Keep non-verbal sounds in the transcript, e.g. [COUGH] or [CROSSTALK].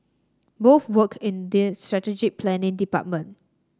both worked in [UNINTELLIGIBLE] strategic planning department